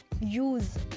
use